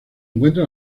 encuentra